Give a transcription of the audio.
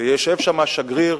ויושב שם שגריר,